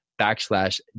backslash